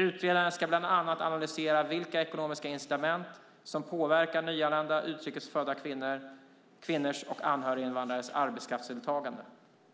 Utredaren ska bland annat analysera vilka ekonomiska incitament som påverkar nyanlända utrikesfödda kvinnors och anhöriginvandrares arbetskraftsdeltagande